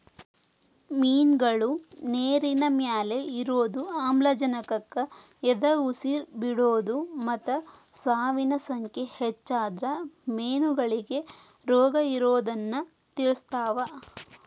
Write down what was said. ಮಿನ್ಗಳು ನೇರಿನಮ್ಯಾಲೆ ಇರೋದು, ಆಮ್ಲಜನಕಕ್ಕ ಎದಉಸಿರ್ ಬಿಡೋದು ಮತ್ತ ಸಾವಿನ ಸಂಖ್ಯೆ ಹೆಚ್ಚಾದ್ರ ಮೇನಗಳಿಗೆ ರೋಗಇರೋದನ್ನ ತಿಳಸ್ತಾವ